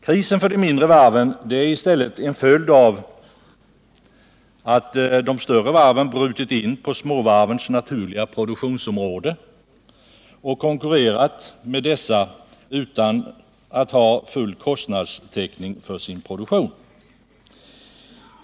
Krisen för de mindre varven är i stället en följd av att de större varven brutit in på småvarvens naturliga produktionsområden och konkurrerat med dessa utan att ha full kostnadstäckning för sin produktion.